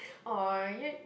!aww! you're